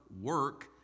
work